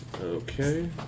Okay